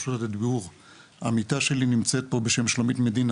רשות הדיבור לעמיתה שלי שנמצאת פה בשם שלומית מדינה,